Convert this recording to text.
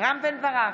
רם בן ברק,